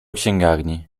księgarni